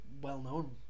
well-known